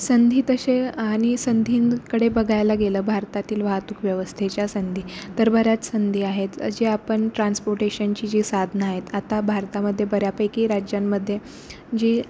संधी तसे आणि संधींकडे बघायला गेलं भारतातील वाहतूक व्यवस्थेच्या संधी तर बऱ्याच संधी आहेत जे आपण ट्रान्सपोर्टेशनची जी साधनं आहेत आता भारतामध्ये बऱ्यापैकी राज्यांमध्ये जी